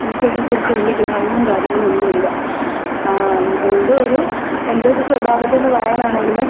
എനിക്കതിനെക്കുറിച്ച് വലിയ ഗ്രാഹ്യമോ കാര്യങ്ങളോ ഒന്നുമില്ല എൻറെ ഒരു എൻറെ ഒരു സ്വഭാഗത്തുനിന്ന് പറയാനാണെങ്കിൽ